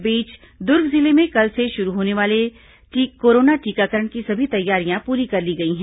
इस बीच दुर्ग जिले में कल से शुरू होने वाले कोरोना टीकाकरण की सभी तैयारियां पूरी कर ली गई हैं